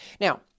Now